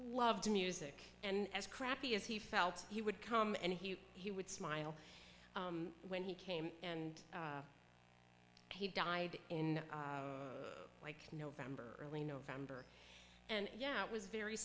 loves music and as crappy as he felt he would come and he he would smile when he came and he died in like november early november and yeah it was very